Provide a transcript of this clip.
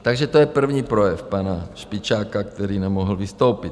Takže to je první projev pana Špičáka, který nemohl vystoupit.